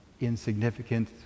Insignificant